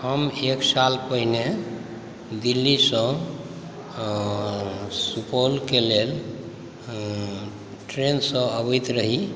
हम एक साल पहिने दिल्लीसॅंसुपौलक लेल ट्रेनसॅं अबैत रही